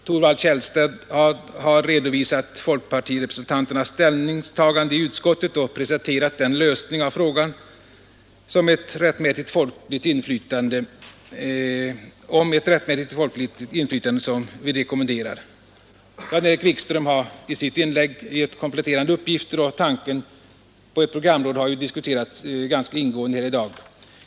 Thorvald Källstad har redovisat folkpartirepresentanternas ställningstagande i utskottet och presenterat den lösning av frågan om ett rättmätigt folkligt inflytande som vi rekommenderar. Jan-Erik Wikström har i sitt inlägg gett kompletterande uppgifter, och tanken på ett programråd har ju dessutom diskuterats ganska ingående här i dag.